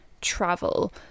travel